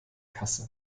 kasse